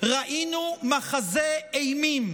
ראינו מחזה אימים